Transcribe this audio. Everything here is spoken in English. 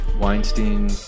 Weinstein